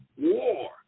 war